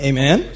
Amen